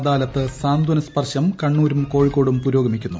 അദാലത്ത് സാന്ത്വന സ്പർശം കണ്ണൂരിലും കോഴിക്കോടും പുരോഗമിക്കുന്നു